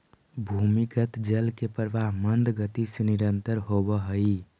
भूमिगत जल के प्रवाह मन्द गति से निरन्तर होवऽ हई